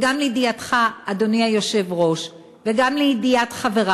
וגם לידיעתך,